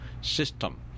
system